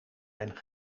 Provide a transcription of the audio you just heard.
ben